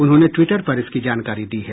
उन्होंने ट्वीटर पर इसकी जानकारी दी है